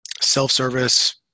self-service